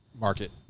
market